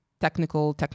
technical